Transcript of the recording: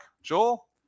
joel